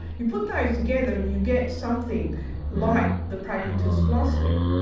you put those together and you get something like the pragmatist philosophy.